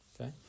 okay